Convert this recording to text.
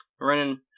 running